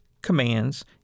commands